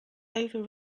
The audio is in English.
over